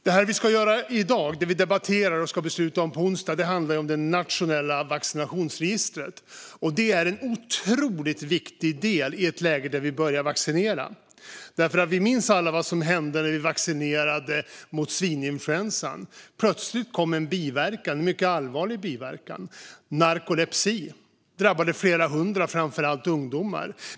Det vi debatterar i dag och ska besluta om på onsdag är det nationella vaccinationsregistret. Det är en otroligt viktig del när man börjar vaccinera. Vi minns alla vad som hände vid vaccinationen mot svininfluensan. Plötsligt kom en mycket allvarlig biverkan, narkolepsi. Det drabbade flera hundra, framför allt ungdomar.